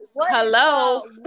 hello